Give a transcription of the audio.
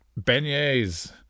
Beignets